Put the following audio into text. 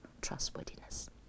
trustworthiness